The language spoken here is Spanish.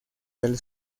del